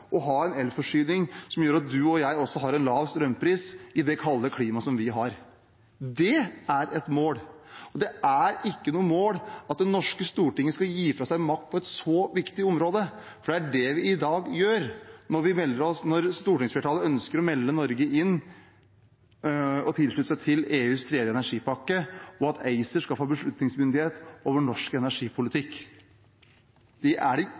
og ha en elforsyning som gjør at du og jeg også har en lav strømpris i det kalde klimaet vi har. Det er et mål. Det er ikke noe mål at det norske storting skal gi fra seg makt på et så viktig område. Det er det vi i dag gjør når stortingsflertallet ønsker å melde Norge inn og tilslutte seg EUs tredje energimarkedspakke, at ACER skal få beslutningsmyndighet over norsk energipolitikk. Det er